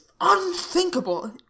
unthinkable